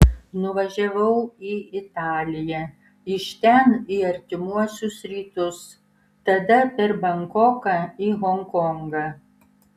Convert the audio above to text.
nuvažiavau į italiją iš ten į artimuosius rytus tada per bankoką į honkongą